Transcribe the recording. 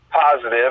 positive